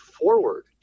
forward